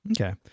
Okay